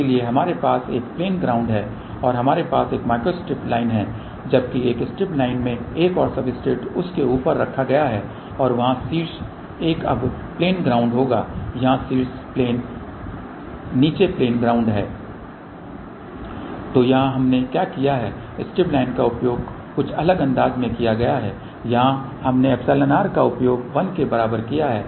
इसलिए हमारे पास एक प्लेन ग्राउंड है और हमारे पास एक माइक्रोस्ट्रिप लाइन है जबकि एक स्ट्रिप लाइन में एक और सब्सट्रेट उस के ऊपर रखा गया है और वहाँ शीर्ष एक अब प्लेन ग्राउंड होगा यहाँ नीचे प्लेन ग्राउंड है तो यहाँ हमने क्या किया है स्ट्रिप लाइन का प्रयोग कुछ अलग अंदाज़ में किया गया है यहाँ हमने εr का उपयोग 1 के बराबर किया है